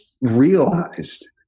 realized